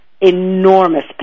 enormous